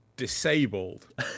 disabled